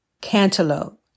cantaloupe